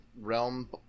realm